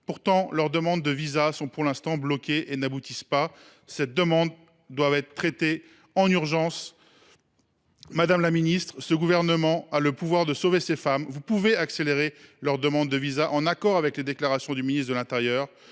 Pourtant, leurs demandes de visas sont pour l’instant bloquées, n’aboutissant pas. Elles doivent être traitées en urgence. Madame la ministre, ce gouvernement a le pouvoir de sauver ces femmes : vous pouvez accélérer les processus de demande de visa, en accord avec les déclarations du ministre de l’intérieur.